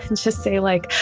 and just say, like,